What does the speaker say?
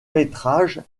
métrage